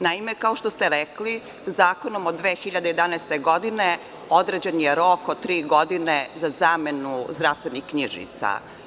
Naime, kao što ste rekli, Zakonom od 2011. godine određen je rok od tri godine za zamenu zdravstvenih knjižice.